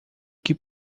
que